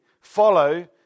follow